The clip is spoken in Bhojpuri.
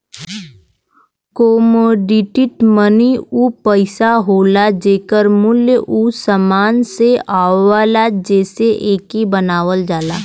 कमोडिटी मनी उ पइसा होला जेकर मूल्य उ समान से आवला जेसे एके बनावल जाला